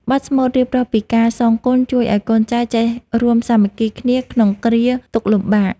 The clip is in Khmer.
បទស្មូតរៀបរាប់ពីការសងគុណ ជួយឱ្យកូនចៅចេះរួមសាមគ្គីគ្នាក្នុងគ្រាទុក្ខលំបាក។